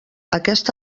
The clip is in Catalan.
aquest